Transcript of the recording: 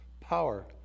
power